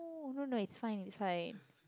oh no no it's fine it's fine